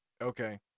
okay